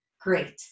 great